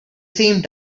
same